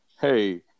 hey